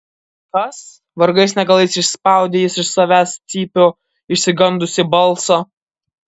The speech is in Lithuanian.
kas vargais negalais išspaudė jis iš savęs cypių išsigandusį balsą